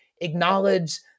acknowledge